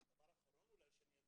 ודבר אחרון שאני אדגים,